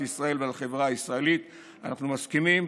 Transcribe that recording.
ישראל ולחברה הישראלית אנחנו מסכימים,